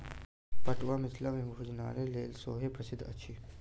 पटुआ मिथिला मे भोजनक लेल सेहो प्रसिद्ध अछि